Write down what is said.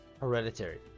Hereditary